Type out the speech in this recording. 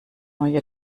andere